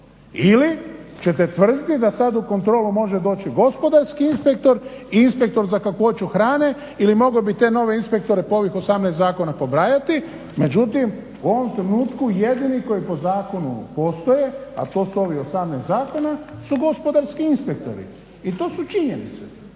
Ili ćete tvrditi da sad u kontrolu može doći gospodarski inspektor i inspektor za kakvoću hrane ili moglo bi te nove inspektore po ovih 18 zakona pobrajati međutim u ovom trenutku jedini koji po zakonu postoje a to su ovih 18 zakona su gospodarski inspektori. I to su činjenice,